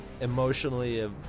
emotionally